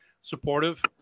supportive